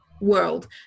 world